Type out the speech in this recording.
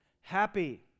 happy